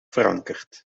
verankerd